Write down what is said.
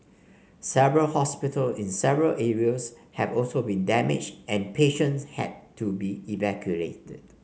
several hospital in several areas have also been damaged and patients had to be evacuated